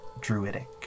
druidic